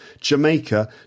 Jamaica